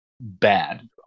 bad